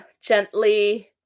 gently